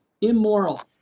immoral